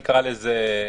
נקרא לזה,